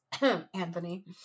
Anthony